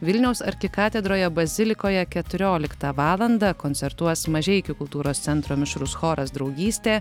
vilniaus arkikatedroje bazilikoje keturioliktą valandą koncertuos mažeikių kultūros centro mišrus choras draugystė